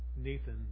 Nathan